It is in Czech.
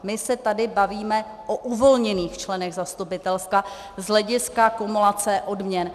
My se tady bavíme o uvolněných členech zastupitelstva z hlediska kumulace odměn.